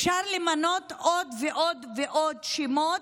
אפשר למנות עוד ועוד שמות,